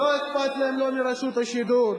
לא אכפת להם מרשות השידור,